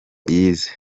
yize